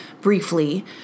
briefly